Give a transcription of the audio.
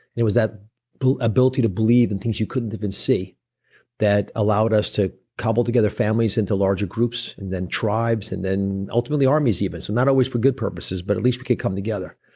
it was that ability to believe in things you couldn't even see that allowed us to cobble together families into larger groups and then tribes and then ultimately armies even, so not always for good purposes, but at least we could come together.